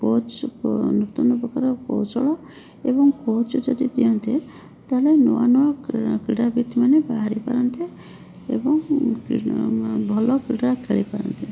coach ନୂତନ ପ୍ରକାର କୌଶଳ ଏବଂ କୋଚ୍ ଯେମିତି ତା'ହେଲେ ନୂଆ ନୂଆ କ୍ରୀଡ଼ାବିତ ମାନେ ବାହାରି ପାରନ୍ତେ ଏବଂ ଭଲ କ୍ରୀଡ଼ା ଖେଳିପାରନ୍ତେ